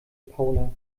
paula